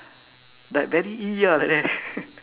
like very ah like that